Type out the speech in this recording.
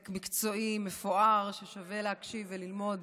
וותק מקצועי מפואר, ושווה להקשיב וללמוד